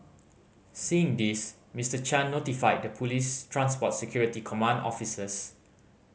seeing this Mister Chan notified the police transport security command officers